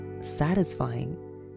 satisfying